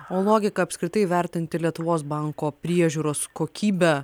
o logika apskritai vertinti lietuvos banko priežiūros kokybę